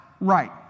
right